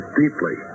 deeply